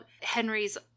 Henry's